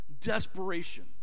Desperation